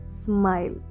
smile